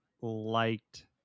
liked